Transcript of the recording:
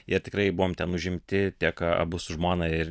jie tikrai buvom ten užimti tiek abu su žmona ir